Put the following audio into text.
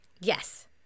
Yes